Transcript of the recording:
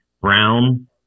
Brown